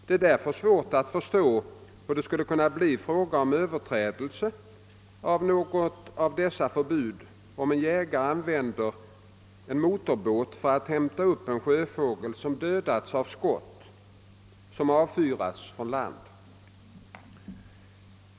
Det är därför svårt att förstå hur det skulle kunna bli fråga om överträdelse av något av dessa förbud, om en jägare använder motorbåt för att hämta upp en sjöfågel som dödats av skott som avfyrats från land.